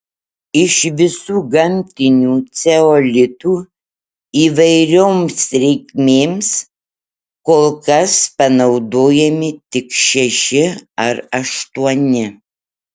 iš visų gamtinių ceolitų įvairioms reikmėms kol kas panaudojami tik šeši ar aštuoni